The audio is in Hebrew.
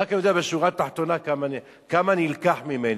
רק יודע בשורה התחתונה כמה נלקח ממני,